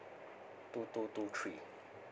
two two two three